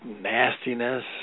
nastiness